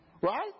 right